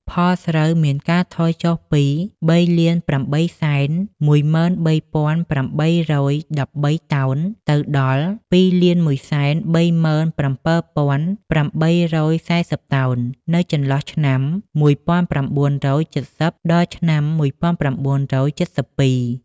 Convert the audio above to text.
ផលស្រូវមានការថយចុះពី ៣៨១៣៨១៣ តោន ទៅដល់ ២១៣៧៨៤០ តោន នៅចន្លោះឆ្នាំ ១៩៧០ ដល់ ឆ្នាំ១៩៧២។